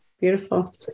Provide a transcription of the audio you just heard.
Beautiful